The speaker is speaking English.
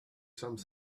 some